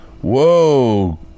whoa